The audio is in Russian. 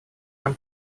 нам